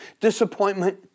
disappointment